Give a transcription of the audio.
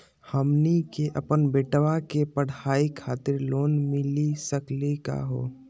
हमनी के अपन बेटवा के पढाई खातीर लोन मिली सकली का हो?